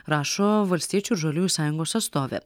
rašo valstiečių ir žaliųjų sąjungos atstovė